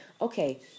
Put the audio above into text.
Okay